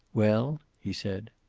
well? he said.